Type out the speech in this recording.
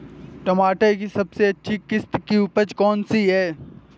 टमाटर की सबसे अच्छी किश्त की उपज कौन सी है?